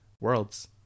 Worlds